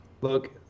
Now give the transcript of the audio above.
look